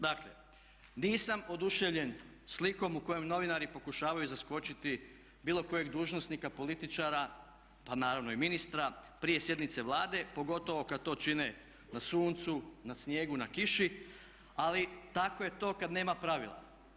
Dakle, nisam oduševljen slikom u kojem novinari pokušavaju zaskočiti bilo kojeg dužnosnika, političara, pa naravno i ministra prije sjednice Vlade pogotovo kad to čine na suncu, na snijegu, na kiši, ali tako je to kad nema pravila.